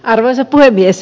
arvoisa puhemies